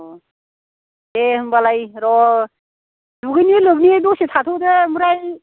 अ' दे होमबालाय र' दुगैयै लोबै दसे थाथ'दो आमफ्राय